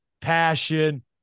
passion